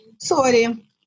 sorry